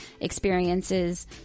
experiences